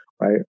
Right